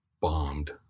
bombed